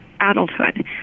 adulthood